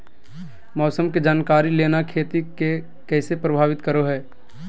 मौसम के जानकारी लेना खेती के कैसे प्रभावित करो है?